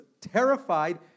terrified